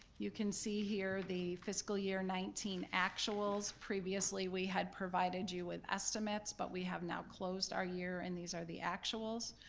you can see here the fiscal year nineteen actuals. previously we had provided you with estimates, but we have now closed our year and these are the actuals.